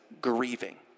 grieving